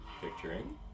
Picturing